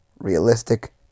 realistic